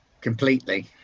Completely